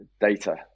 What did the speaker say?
data